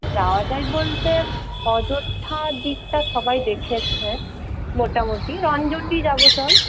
যাওয়া যায় বলতে অযোধ্যার দিকটা সবাই দেখেছে মোটামুটি যাবো চল